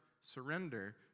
surrender